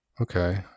Okay